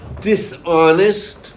dishonest